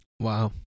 Wow